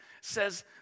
says